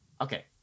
Okay